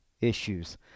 issues